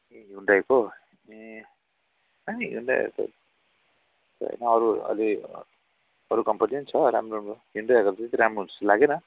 ए ह्युन्डाईको ए अनि ह्युन्डाईहरूको अरू अलि अरू कम्पनीमा पनि छ राम्रो राम्रो ह्युन्डाईहरूको त्यति राम्रो हुन्छ जस्तो लागेन